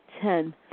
Ten